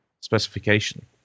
specification